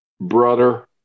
brother